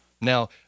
Now